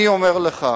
אני אומר לך,